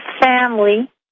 family